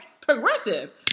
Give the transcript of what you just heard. Progressive